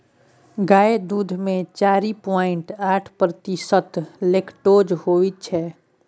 गाय दुध मे चारि पांइट आठ प्रतिशत लेक्टोज होइ छै